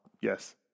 yes